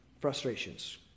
frustrations